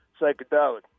psychedelic